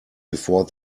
before